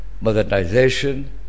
Modernization